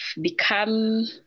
become